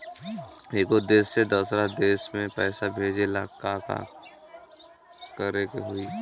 एगो देश से दशहरा देश मे पैसा भेजे ला का करेके होई?